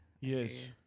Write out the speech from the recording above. Yes